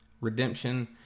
redemption